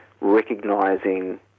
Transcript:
recognising